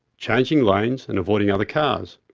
changing lanes and avoiding other cars.